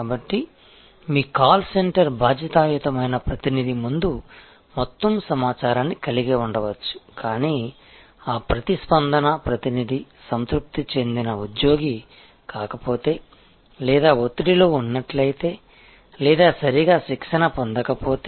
కాబట్టి మీ call centre బాధ్యతాయుతమైన ప్రతినిధి ముందు మొత్తం సమాచారాన్ని కలిగి ఉండవచ్చు కానీ ఆ ప్రతిస్పందన ప్రతినిధి సంతృప్తి చెందిన ఉద్యోగి కాకపోతే లేదా ఒత్తిడిలో ఉన్నట్లయితే లేదా సరిగా శిక్షణ పొందకపోతే